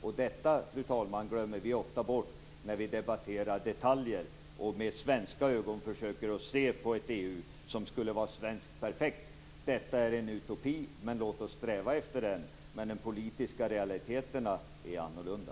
Och detta, fru talman, glöms ofta bort när vi debatterar detaljer och med svenska ögon försöker att se ett EU som svenskt perfekt. Detta är en utopi och låt oss sträva efter den. Men de politiska realiteterna är annorlunda.